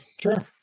sure